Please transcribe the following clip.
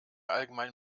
allgemein